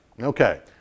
Okay